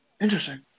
Interesting